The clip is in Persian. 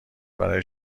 برای